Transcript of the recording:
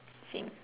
same